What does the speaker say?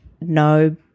no